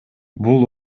бул